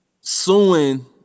suing